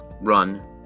run